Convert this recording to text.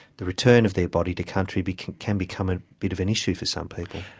the return of their body to country but can can become a bit of an issue for some people.